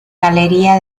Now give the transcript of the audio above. galería